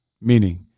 Meaning